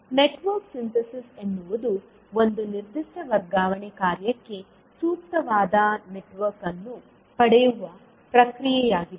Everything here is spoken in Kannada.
ನೆಟ್ವರ್ಕ್ ಸಿಂಥೆಸಿಸ್ ಎನ್ನುವುದು ಒಂದು ನಿರ್ದಿಷ್ಟ ವರ್ಗಾವಣೆ ಕಾರ್ಯಕ್ಕೆ ಸೂಕ್ತವಾದ ನೆಟ್ವರ್ಕ್ ಅನ್ನು ಪಡೆಯುವ ಪ್ರಕ್ರಿಯೆಯಾಗಿದೆ